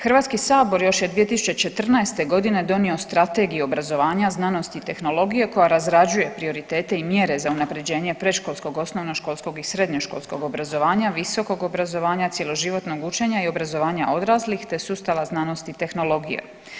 Hrvatski sabor još je 2014. godine donio Strategiju obrazovanja, znanosti i tehnologije koja razrađuje prioritete i mjere za unapređenje predškolskog osnovnoškolskog i srednjoškolskog obrazovanja, visokog obrazovanja, cjeloživotnog učenja i obrazovanja odraslih, te sustava znanosti i tehnologije.